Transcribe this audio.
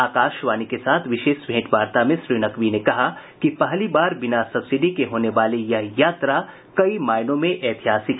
आकाशवाणी के साथ विशेष भेंटवार्ता में श्री नकवी ने कहा कि पहलीबार बिना सब्सिडी के होने वाली यह यात्रा कई मायनों में ऐतिहासिक है